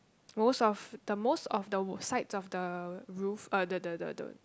most of the most of the the sides of the roof uh the the the the